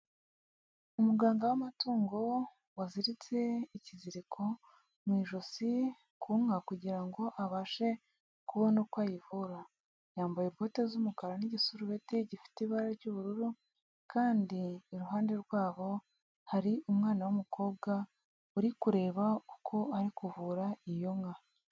Umuganga w'amatungo waziritse ikiziriko mu ijosi ku nka kugira ngo abashe kubona uko ayivura. Yambaye bote z'umukara n'igisurubeti gifite ibara ry'ubururu kandi iruhande rwabo hari umwana w'umukobwa uri kureba uko ari kuvura iyo nka.